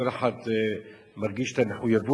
כל אחד מרגיש את המחויבות,